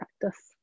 practice